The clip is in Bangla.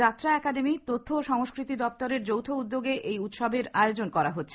যাত্রা অ্যাকাডেমি তখ্য ও সংস্কৃতি দপ্তরের যৌথ উদ্যোগে এই উৎসবের আয়োজন করা হচ্ছে